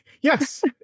Yes